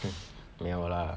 没有 lah